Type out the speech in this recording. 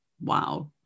Wow